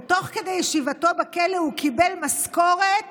ותוך כדי ישיבתו בכלא הוא קיבל משכורת